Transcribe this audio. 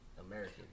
American